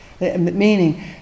meaning